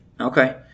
Okay